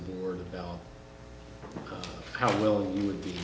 the word about how well you would be